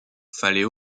fallait